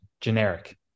generic